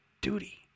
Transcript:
duty